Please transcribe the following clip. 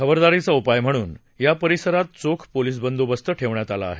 खबरदारीचा उपाय म्हणून या परिसरात चोख पोलीस बंदोबस्त ठेवण्यात आला आहे